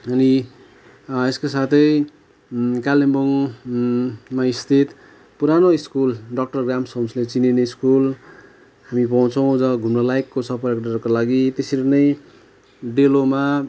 अनि यसको साथै कालिम्पोङमा स्थित पुरानो स्कुल डाक्टर ग्राम्स होम्सले चिनिने स्कुल हामी पाउछौँ जगा घुम्नलायकको छ पर्यटकको लागि त्यसरी नै डेलोमा